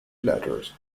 letters